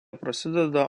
prasideda